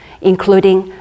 including